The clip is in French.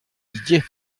didier